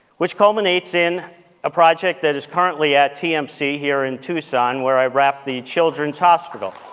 which culminates in a project that is currently at tmc, here in tucson, where i wrapped the children's hospital.